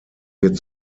wird